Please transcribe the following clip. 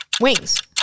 Wings